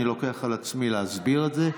אני לוקח על עצמי להסביר את זה.